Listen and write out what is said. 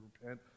repent